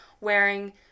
wearing